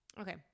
Okay